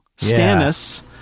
stannis